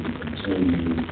continue